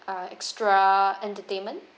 uh extra entertainment